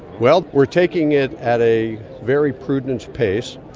well, we're taking it at a very prudent pace.